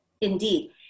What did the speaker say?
Indeed